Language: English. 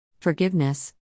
Forgiveness